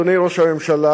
אדוני ראש הממשלה,